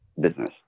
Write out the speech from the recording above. business